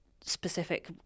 specific